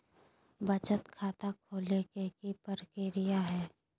बचत खाता खोले के कि प्रक्रिया है?